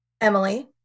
Emily